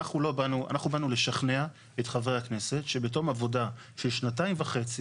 אנחנו באנו לשכנע את חברי הכנסת שבתום עבודה של שנתיים וחצי,